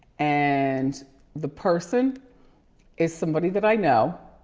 and the person is somebody that i know.